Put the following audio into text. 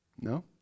No